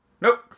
nope